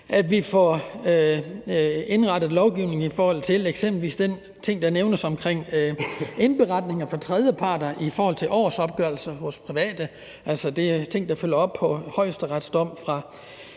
at vi får indrettet lovgivningen i forhold til det, der eksempelvis nævnes om indberetninger fra tredjeparter i forhold til vores private årsopgørelser. Altså, det er ting, der følger op på en højesteretsdom fra